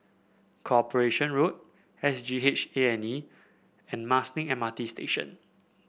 Corporation Road S G H A and E and Marsiling M R T Station